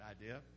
idea